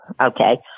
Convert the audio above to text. Okay